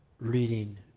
reading